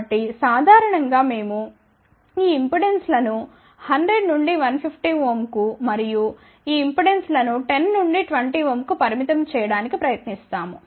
కాబట్టి సాధారణం గా మేము ఈ ఇంపెడెన్స్లను 100 నుండి 150Ω కు మరియు ఈ ఇంపెడెన్స్లను 10 నుండి 20Ω కు పరిమితం చేయడానికి ప్రయత్నిస్తాము